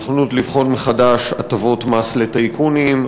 הנכונות לבחון מחדש הטבות מס לטייקונים,